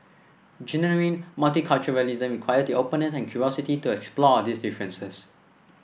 genuine multiculturalism require the openness and curiosity to explore these differences